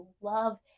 love